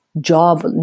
job